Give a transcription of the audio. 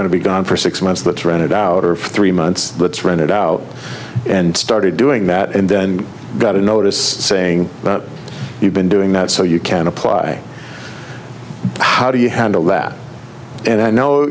going to be gone for six months let's run it out or for three months let's run it out and started doing that and then got a notice saying but you been doing that so you can apply how do you handle that and i know